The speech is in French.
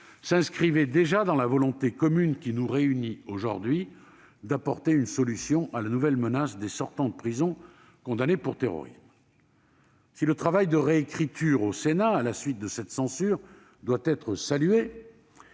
s'inscrivait déjà dans la volonté commune qui nous réunit aujourd'hui d'apporter une solution à la nouvelle menace des sortants de prison condamnés pour terrorisme. Si, à la suite de cette censure, le travail